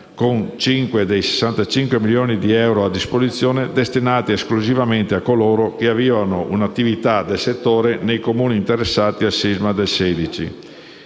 con 5 dei 65 milioni di euro a disposizione destinati esclusivamente a coloro che avviano un'attività nel settore nei Comuni interessati dal sisma del 2016.